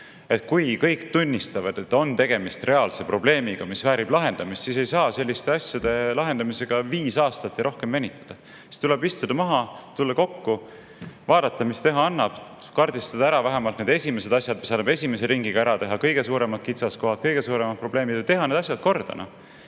Kui kõik tunnistavad, et on tegemist reaalse probleemiga, mis väärib lahendamist, siis ei saa selliste asjade lahendamisega viis aastat ja rohkem venitada. Siis tuleb istuda maha, tulla kokku, vaadata, mis teha annab, kaardistada ära vähemalt need esimesed asjad, mis saab esimese ringiga ära teha: kõige suuremad kitsaskohad, kõige suuremad probleemid. Tuleb need asjad korda